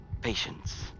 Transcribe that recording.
patience